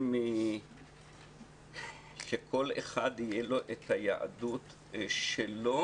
שלכל אחד תהיה היהדות שלו,